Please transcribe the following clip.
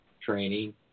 training